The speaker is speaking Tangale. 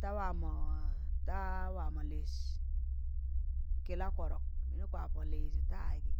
Ta waamọ, ta waamọ lịịz la kị koṛọk, mịnị kwa pọ lịịzị ta agị